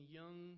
young